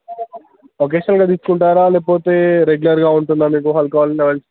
అకేషనల్గా తీసుకుంటారా లేకపోతే రెగ్యులర్గా ఉంటుందా మీకు ఆల్కహాల్ లెవెల్